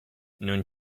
non